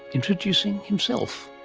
introducing himself.